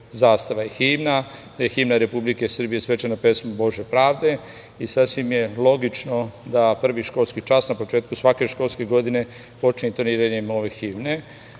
zastava i himna. Da je himna Republike Srbije svečana pesma „Bože pravde“ i sasvim je logično da prvi školski čas na početku svake školske godine počne intoniranjem ove himne. To